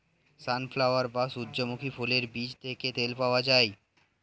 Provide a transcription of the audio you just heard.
sunflower বা সূর্যমুখী ফুলের বীজ থেকে তেল পাওয়া যায়